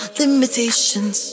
limitations